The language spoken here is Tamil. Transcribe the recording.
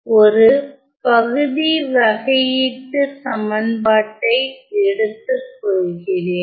ஒரு பகுதி வகையீட்டுச் சமன்பாட்டை எடுத்துக்கொள்கிறேன்